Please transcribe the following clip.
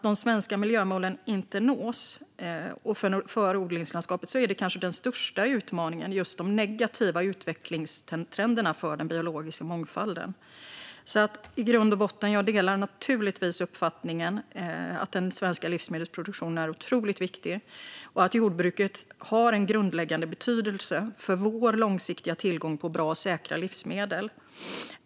De svenska miljömålen nås inte, och för odlingslandskapet är kanske den största utmaningen just den negativa utvecklingstrenden när det gäller den biologiska mångfalden. I grund och botten delar jag naturligtvis uppfattningen att den svenska livsmedelsproduktionen är otroligt viktig och att jordbruket har en grundläggande betydelse för vår långsiktiga tillgång på bra och säkra livsmedel.